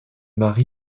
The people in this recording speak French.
mary